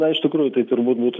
na iš tikrųjų tai turbūt būtų